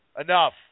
Enough